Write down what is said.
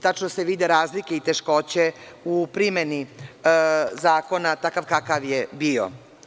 Tačno se vide razlike i teškoće u primeni zakona, takav kakav je bio.